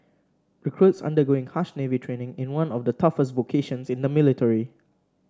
recruits undergoing harsh navy training in one of the toughest vocations in the military